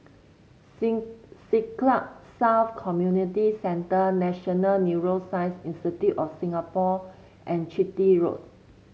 Sing Siglap South Community Centre National Neuroscience Institute of Singapore and Chitty Road